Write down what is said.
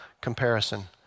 comparison